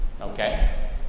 Okay